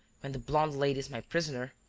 when the blonde lady is my prisoner,